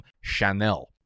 Chanel